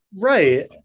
Right